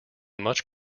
much